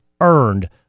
earned